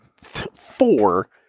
four